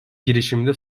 girişiminde